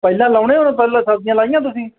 ਪਹਿਲਾਂ ਲਾਉਂਦੇ ਹੋ ਪਹਿਲਾਂ ਸਬਜ਼ੀਆਂ ਲਾਈਆਂ ਤੁਸੀਂ